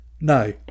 no